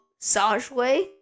Sajway